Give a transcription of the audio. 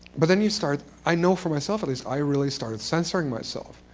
but then you start, i know for myself at least, i really started censoring myself.